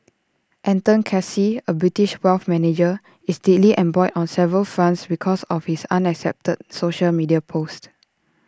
Anton Casey A British wealth manager is deeply embroiled on several fronts because of his unacceptable social media posts